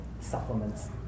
supplements